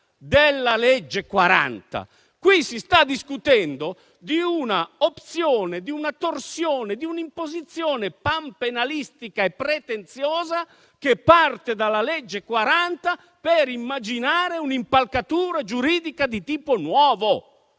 della legge n. 40. Qui si sta discutendo di un'opzione, di una torsione, di un'imposizione panpenalistica e pretenziosa che parte dalla legge n. 40 per immaginare un'impalcatura giuridica di tipo nuovo.